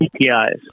PPIs